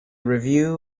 review